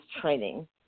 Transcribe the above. training